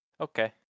Okay